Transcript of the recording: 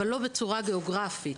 אבל לא בצורה גאוגרפית.